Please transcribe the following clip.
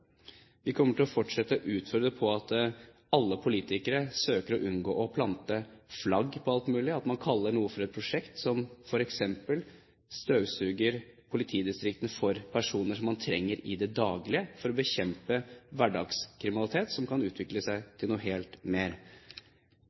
Vi kommer til å fortsette å utfordre på at alle politikere bør søke å unngå å plante flagg på alt mulig, at man kaller noe for et prosjekt, som f.eks. støvsuger politidistriktene for personer man trenger i det daglige for å bekjempe hverdagskriminalitet som kan utvikle seg til noe mer.